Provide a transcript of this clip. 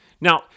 Now